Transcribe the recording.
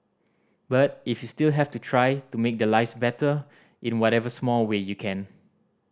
but if you still have to try to make their lives better in whatever small way you can